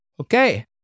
Okay